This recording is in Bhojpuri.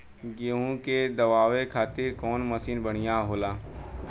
गेहूँ के दवावे खातिर कउन मशीन बढ़िया होला?